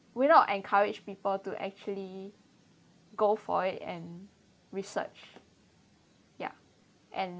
will not encourage people to actually go for it and research ya and